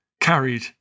carried